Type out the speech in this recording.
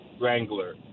Wrangler